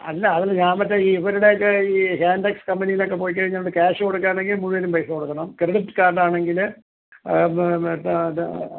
അല്ല അതല്ല ഞാൻ മറ്റേ ഈ ഇവരുടെയൊക്കെ ഈ ഹാന്റക്സ് കമ്പനിയിൽ ഒക്കെ പോയിക്കഴിഞ്ഞുകൊണ്ട് ക്യാഷ് കൊടുക്കുവാണെങ്കിൽ മുഴുവനും പൈസ കൊടുക്കണം ക്രെഡിറ്റ് കാർഡ് ആണെങ്കിൽ